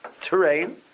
terrain